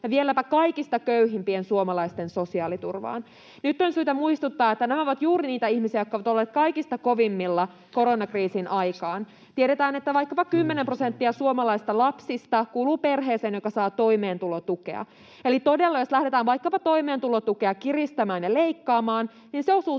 ja vieläpä kaikista köyhimpien suomalaisten sosiaaliturvaan. Nyt on syytä muistuttaa, että nämä ovat juuri niitä ihmisiä, jotka ovat olleet kaikista kovimmilla koronakriisin aikaan. Tiedetään vaikkapa, että 10 prosenttia suomalaisista lapsista kuuluu perheeseen, joka saa toimeentulotukea. Eli todella, jos lähdetään vaikkapa toimeentulotukea kiristämään ja leikkaamaan, se osuu